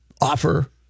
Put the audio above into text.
offer